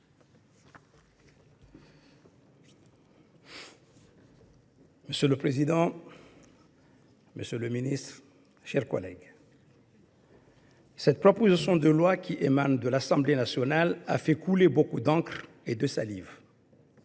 Monsieur le président, monsieur le garde des sceaux, mes chers collègues, cette proposition de loi qui nous vient de l’Assemblée nationale a fait couler beaucoup d’encre et de salive